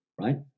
right